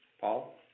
Paul